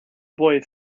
boy